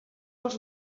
els